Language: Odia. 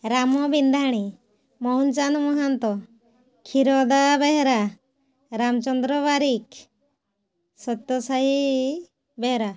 ରାମ ବିନ୍ଧାଣି ମଉନୁଚାନ୍ଦ ମହାନ୍ତ କ୍ଷୀରୋଦା ବେହେରା ରାମଚନ୍ଦ୍ର ବାରିକ ସତ୍ୟସାଇ ବେହେରା